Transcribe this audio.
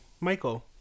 Michael